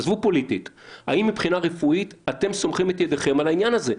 האם מבחינה רפואית אתם סומכים את ידכם על העניין הזה?